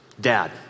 dad